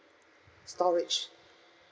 storage